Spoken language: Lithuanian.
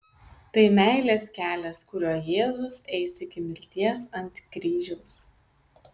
tai meilės kelias kuriuo jėzus eis iki mirties ant kryžiaus